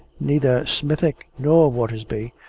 neither smithick, nor watersby,